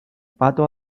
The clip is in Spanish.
pato